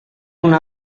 una